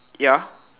ya